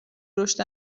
رشد